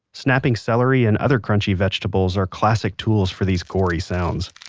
snapping celery and other crunching vegetables are classic tools for these gorey sounds